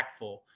impactful